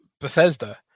Bethesda